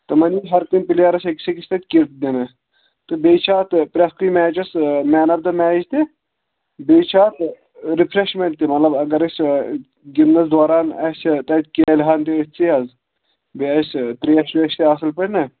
تِمَن ہر کُنہِ پٕلیرَس أکِس أکِس پَتہٕ کِٹ دِنہٕ تہٕ بیٚیہِ چھِ اَتھ پرٛٮ۪تھ کُنہِ میچَس مٮ۪ن آف دَ میچ تہِ بیٚیہِ چھِ اَتھ رِفرٛٮ۪شمینٛٹ تہِ مطلب اگر أسۍ گِنٛدنَس دوران اَسہِ تَتہِ حظ بیٚیہِ آسہِ ترٛیش ویش تہِ اَصٕل پٲٹھۍ نا